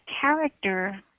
character